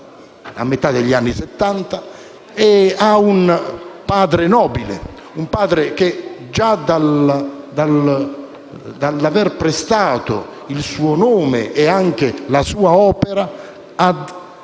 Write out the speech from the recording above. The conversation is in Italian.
a metà degli anni Settanta, ha un padre nobile che, già con l'aver prestato il suo nome e anche la sua opera,